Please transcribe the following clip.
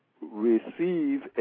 receive